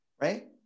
Right